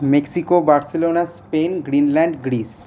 Mexico Barcelona Spain Greenland Greece